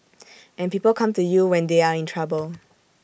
and people come to you when they are in trouble